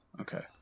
Okay